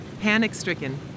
Panic-stricken